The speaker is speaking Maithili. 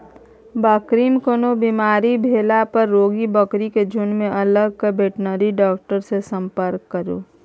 बकरी मे कोनो बेमारी भेला पर रोगी बकरी केँ झुँड सँ अलग कए बेटनरी डाक्टर सँ संपर्क करु